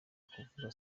kuvuga